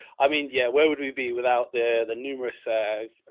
i mean, yeah. where would we be without the, the numerous, ah,